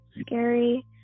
scary